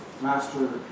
master